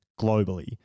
globally